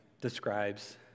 describes